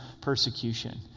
persecution